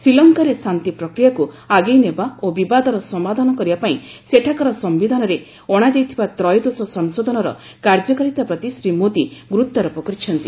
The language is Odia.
ଶ୍ରୀଲଙ୍କାରେ ଶାନ୍ତି ପ୍ରକ୍ରିୟାକୁ ଆଗେଇ ନେବା ଓ ବିବାଦର ସମାଧାନ କରିବା ପାଇଁ ସେଠାକାର ସମ୍ଭିଧାନରେ ଅଣାଯାଇଥିବା ତ୍ରୟୋଦଶ ସଂଶୋଧନର କାର୍ଯ୍ୟକାରିତା ପ୍ରତି ଶ୍ରୀ ମୋଦୀ ଗୁରୁତ୍ୱାରୋପ କରିଛନ୍ତି